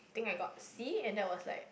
think I got C and that was like